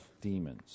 demons